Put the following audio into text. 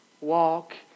walk